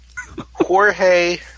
Jorge